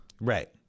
Right